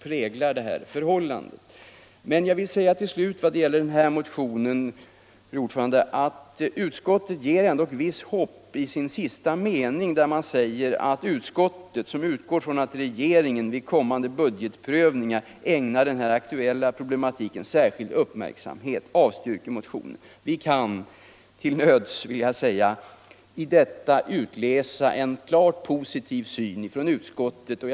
Men utskottet ger oss ändå ett visst hopp när utskottet avslutningsvis skriver om motionen: ”Utskottet, som utgår från att regeringen vid kommande budgetprövningar ägnar den här aktuella problematiken särskild uppmärksarnhet, avstyrker motionen 1975/76:1220.” Vi kan till nöds ur detta utläsa en positiv syn från utskottets sida.